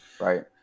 Right